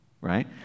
Right